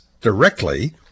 directly